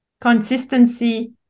consistency